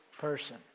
person